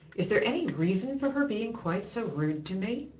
is there any reason for her being quite so rude to me?